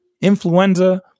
Influenza